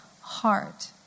heart